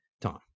Tom